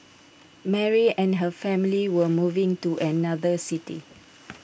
Mary and her family were moving to another city